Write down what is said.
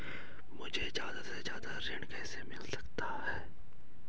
मुझे ज्यादा से ज्यादा कितना ऋण मिल सकता है?